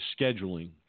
scheduling